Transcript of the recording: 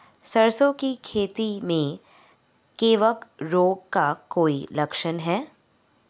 सरसों की खेती में कवक रोग का कोई लक्षण है?